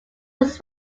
was